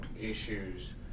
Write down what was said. issues